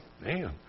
man